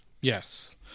Yes